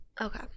Okay